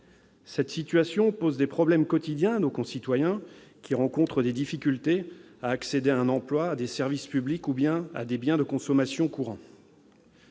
Cette situation pose des problèmes quotidiens à nos concitoyens, qui rencontrent des difficultés à accéder à un emploi, à des services publics ou à des biens de consommation courants.